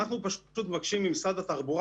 אנחנו פשוט מבקשים ממשרד התחבורה